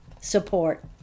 support